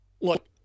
look